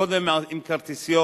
קודם, עם כרטיסיות,